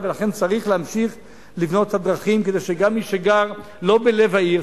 ולכן צריך להמשיך לבנות את הדרכים כדי שגם מי שגר לא בלב העיר,